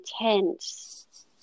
intense